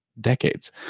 decades